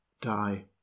die